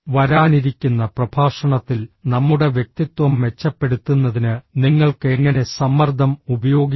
വരാനിരിക്കുന്ന പ്രഭാഷണത്തിൽ നമ്മുടെ വ്യക്തിത്വം മെച്ചപ്പെടുത്തുന്നതിന് നിങ്ങൾക്ക് എങ്ങനെ സമ്മർദ്ദം ഉപയോഗിക്കാം